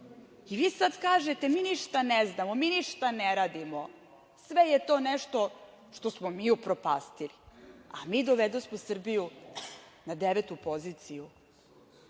Vi sad kažete – mi ništa ne znamo, mi ništa ne radimo, sve je to nešto što smo mi upropastili. A mi dovedosmo Srbiju na devetu poziciju